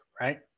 right